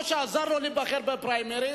או שעזר לו להיבחר בפריימריס,